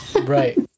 Right